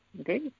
Okay